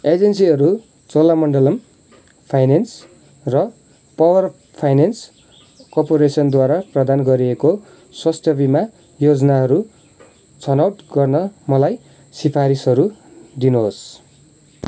एजेन्सीहरू चोलामण्डलम फाइनेन्स र power finance कर्पोरेसनद्वारा प्रदान गरिएको स्वास्थ्य बिमा योजनाहरू छनौट गर्न मलाई सिफारिसहरू दिनुहोस्